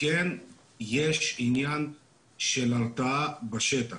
יש עניין של הרתעה בשטח.